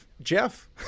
jeff